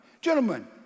Gentlemen